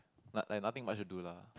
like like nothing much to do lah